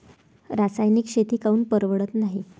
रासायनिक शेती काऊन परवडत नाई?